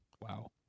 Wow